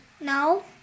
No